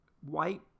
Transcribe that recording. white